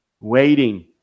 Waiting